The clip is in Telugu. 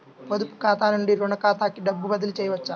పొదుపు ఖాతా నుండీ, రుణ ఖాతాకి డబ్బు బదిలీ చేయవచ్చా?